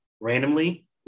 randomly